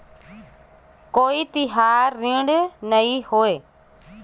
कोन कौन से तिहार ऋण होथे?